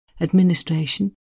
administration